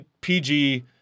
PG